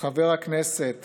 חבר הכנסת